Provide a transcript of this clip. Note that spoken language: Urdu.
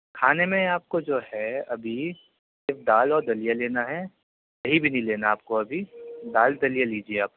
کھانے میں آپ کو جو ہے ابھی صرف دال اور دلیا لینا ہے دہی بھی نہیں لینا ہے آپ کو ابھی دال دلیا لیجیے آپ